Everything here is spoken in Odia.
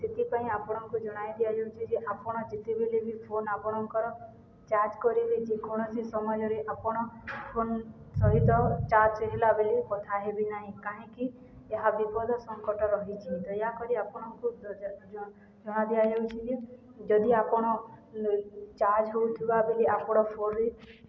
ସେଥିପାଇଁ ଆପଣଙ୍କୁ ଜଣାଇ ଦିଆଯାଉଛି ଯେ ଆପଣ ଯେତେବେଳେ ବି ଫୋନ୍ ଆପଣଙ୍କର ଚାର୍ଜ କରିବେ ଯେ କୌଣସି ସମୟରେ ଆପଣ ଫୋନ୍ ସହିତ ଚାର୍ଜ ହେଲାବେଳେ କଥା ହେବେ ନାହିଁ କାହିଁକି ଏହା ବିପଦ ସଂକଟ ରହିଛିି ଦୟାକରି ଆପଣଙ୍କୁ ଜଣାଇ ଦିଆଯାଉଛି ଯେ ଯଦି ଆପଣ ଚାର୍ଜ ହେଉଥିବା ବେଳେ ଆପଣ ଫୋନ୍ରେ